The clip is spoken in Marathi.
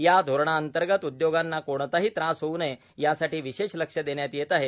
या धोरणाअंतर्गत उदयोगांना कोणताही त्रास होऊ नये यासाठी विशेष लक्ष देण्यात येत आहे